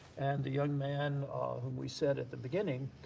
and the young man whom we said at the beginning